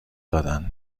دادن